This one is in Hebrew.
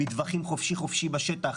מטווחים חופשי בשטח,